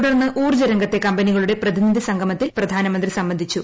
തുടർന്ന് ഊർജ്ജ രംഗത്തെ കമ്പനികളുടെ പ്രതിനിധി സംഗമത്തിൽ പ്രധാനമന്ത്രി സംബന്ധിച്ചു